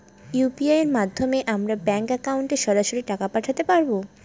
UPI এর মাধ্যমে আমরা ব্যাঙ্ক একাউন্টে সরাসরি টাকা পাঠাতে পারবো?